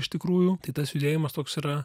iš tikrųjų tai tas judėjimas toks yra